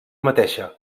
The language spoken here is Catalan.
mateixa